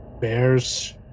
Bears